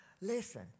listen